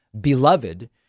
beloved